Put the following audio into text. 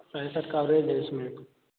पैंसठ का एवरेज है उसमें